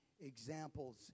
examples